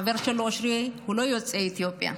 החבר שלו אושרי הוא לא יוצא אתיופיה.